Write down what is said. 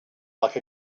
like